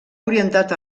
orientat